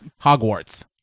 Hogwarts